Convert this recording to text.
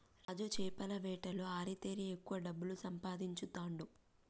రాజు చేపల వేటలో ఆరితేరి ఎక్కువ డబ్బులు సంపాదించుతాండు